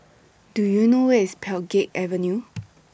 Do YOU know Where IS Pheng Geck Avenue